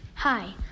Hi